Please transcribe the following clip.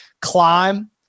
climb